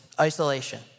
Isolation